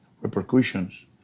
repercussions